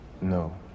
No